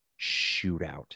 shootout